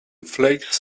flakes